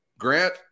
Grant